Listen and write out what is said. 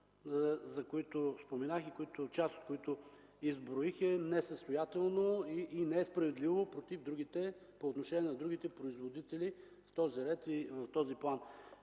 за които споменах и изброих, е несъстоятелно и несправедливо по отношение на другите производители в този ред и в този план.